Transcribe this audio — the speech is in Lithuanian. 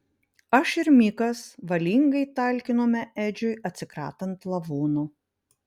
aš ir mikas valingai talkinome edžiui atsikratant lavono